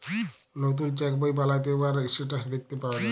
লতুল চ্যাক বই বালালে উয়ার ইসট্যাটাস দ্যাখতে পাউয়া যায়